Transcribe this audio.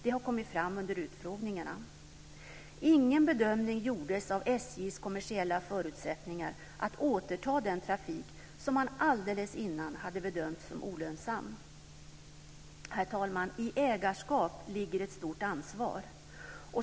Det har kommit fram under utfrågningarna. Ingen bedömning gjordes av SJ:s kommersiella förutsättningar att återta den trafik som man alldeles innan hade bedömt som olönsam. Herr talman! I ägarskap ligger ett stort ansvar.